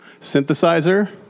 Synthesizer